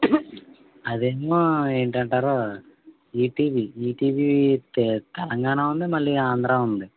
అదేంటి మా ఏమంటారు ఈటీవీ ఈటీవీ తె తెలంగాణా ఉంది మళ్ళీ ఆంధ్ర ఉంది